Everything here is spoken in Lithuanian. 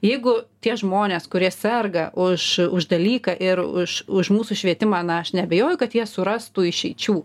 jeigu tie žmonės kurie serga už už dalyką ir už už mūsų švietimą na aš neabejoju kad jie suras tų išeičių